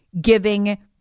giving